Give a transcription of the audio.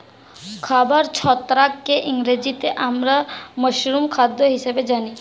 খাবার ছত্রাককে ইংরেজিতে আমরা মাশরুম খাদ্য হিসেবে জানি